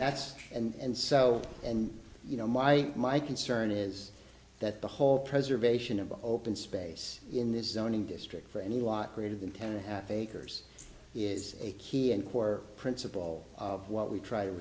that's and so and you know my my concern is that the whole preservation of open space in this zone in district for any lot greater than ten acres is a key and core principle of what we try to